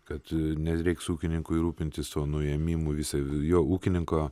kad nereiks ūkininkui rūpintis o nuėmimu visa jo ūkininko